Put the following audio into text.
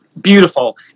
Beautiful